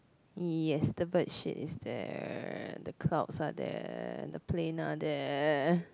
yes the bird shit is there and the clouds are there and the plane are there